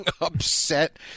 upset